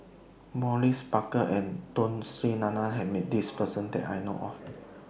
Maurice Baker and Tun Sri Lanang has Met This Person that I know of